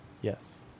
Yes